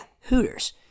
hooters